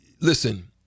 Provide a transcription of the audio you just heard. listen